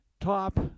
top